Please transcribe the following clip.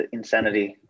insanity